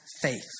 faith